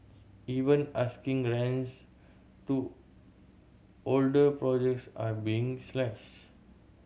even asking rents to older projects are being slashed